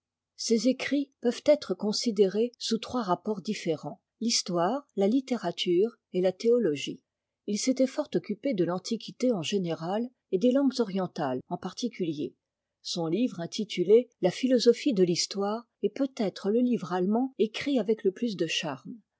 ses écrits peuvent être considérés sous trois rapports différents l'histoire la littérature et la théo ogie il s'était fort occupé de l'antiquité en général et des langues orientales en particulier son livre intitulé la philosophie de l'llistaire est peut-être le livre allemand écrit avec le plus de charme